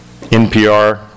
NPR